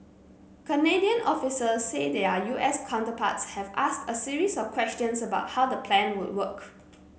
Canadian officials say their U S counterparts have asked a series of questions about how the plan would work